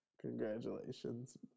Congratulations